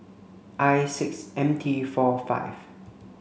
I six M T four five